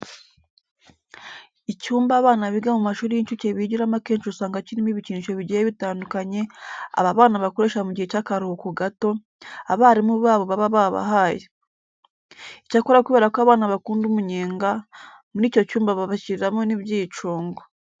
Icyumba abana biga mu mashuri y'incuke bigiramo akenshi usanga kirimo ibikinisho bigiye bitandukanye aba bana bakoresha mu gihe cy'akaruhuko gato, abarimu babo baba babahaye. Icyakora kubera ko abana bakunda umunyenga, muri icyo cyumba babashyiriramo n'ibyicungo.